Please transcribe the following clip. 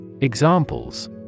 Examples